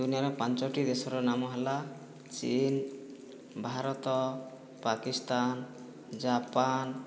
ଦୁନିଆଁର ପାଞ୍ଚୋଟି ଦେଶର ନାମ ହେଲା ଚିନ୍ ଭାରତ ପାକିସ୍ତାନ ଜାପାନ